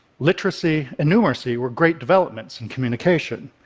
literacy and numeracy were great developments in communication.